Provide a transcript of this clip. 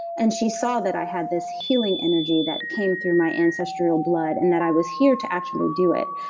and she saw that i had this healing energy that came through my ancestral blood and that i was here to actually do it.